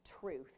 truth